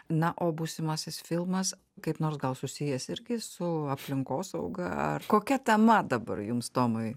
na o būsimasis filmas kaip nors gal susijęs ir su aplinkosauga ar kokia tema dabar jums tomui